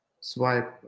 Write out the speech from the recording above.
swipe